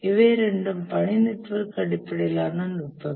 இவை இரண்டும் பணி நெட்வொர்க் அடிப்படையிலான நுட்பங்கள்